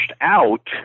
out